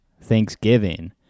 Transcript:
Thanksgiving